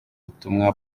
butumwa